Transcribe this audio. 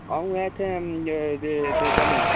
अ'ऊं आं इत्थै जे जे जम्मू